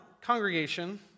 congregation